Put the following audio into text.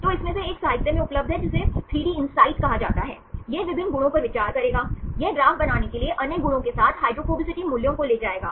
तो इस में से एक साहित्य में उपलब्ध है जिसे 3DInsight कहा जाता है यह विभिन्न गुणों पर विचार करेगा यह ग्राफ बनाने के लिए अन्य गुणों के साथ हाइड्रोफोबिसिटी मूल्यों को ले जाएगा